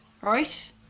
right